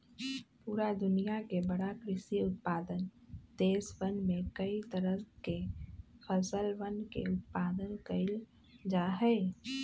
पूरा दुनिया के बड़ा कृषि उत्पादक देशवन में कई तरह के फसलवन के उत्पादन कइल जाहई